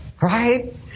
Right